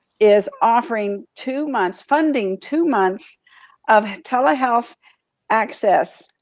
is offering two months funding two months of telehealth access,